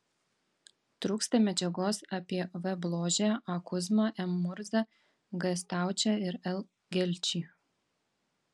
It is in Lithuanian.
trūksta medžiagos apie v bložę a kuzmą m murzą g staučę ir l gelčį